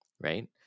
right